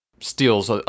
steals